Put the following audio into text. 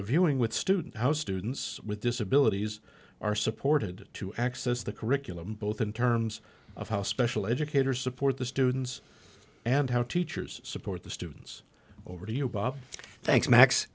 reviewing with student how students with disabilities are supported to access the curriculum both in terms of how special educators support the students and how teachers support the students over to you bob thanks max